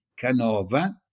Canova